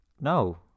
no